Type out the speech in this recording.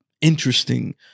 interesting